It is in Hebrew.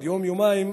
עוד יום-יומיים,